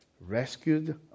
Rescued